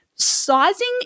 sizing